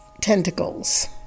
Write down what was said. tentacles